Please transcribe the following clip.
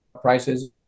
prices